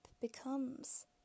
becomes